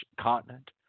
continent